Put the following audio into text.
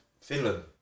finland